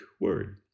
word